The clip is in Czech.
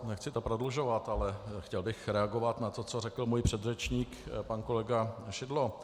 Nechci to prodlužovat, ale chtěl bych reagovat na to, co řekl můj předřečník pan kolega Šidlo.